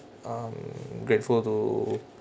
um grateful to